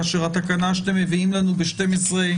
כאשר התקנה שאתם מביאים לנו ב-12,